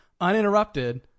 uninterrupted